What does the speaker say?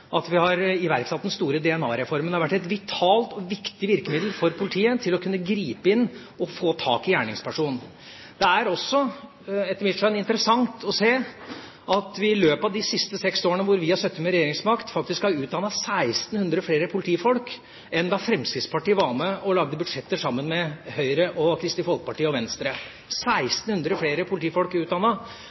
at vi har iverksatt den store DNA-reformen. Det har vært et vitalt og viktig virkemiddel for politiet til å kunne gripe inn og få tak i gjerningspersonen. Det er også, etter mitt skjønn, interessant å se at vi i løpet av de siste seks årene, hvor vi har sittet med regjeringsmakt, faktisk har utdannet 1 600 flere politifolk enn da Fremskrittspartiet var med og lagde budsjetter sammen med Høyre, Kristelig Folkeparti og Venstre – 1 600 flere politifolk